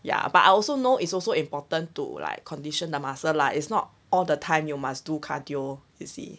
ya but I also know is also important to like condition the muscle lah it's not all the time you must do cardio you see